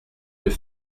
yeux